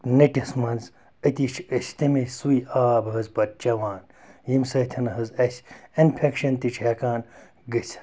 نٔٹِس منٛز أتی چھِ أسۍ تمی سُے آب حظ پَتہٕ چٮ۪وان ییٚمہِ سۭتۍ حظ اَسہِ اِنفٮ۪کشَن تہِ چھِ ہٮ۪کان گٔژھِتھ